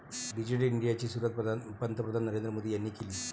digital इंडियाची सुरुवात पंतप्रधान नरेंद्र मोदी यांनी केली